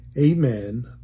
amen